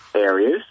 areas